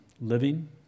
living